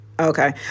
Okay